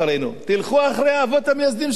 תלכו אחרי האבות המייסדים שלכם,